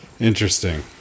Interesting